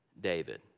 David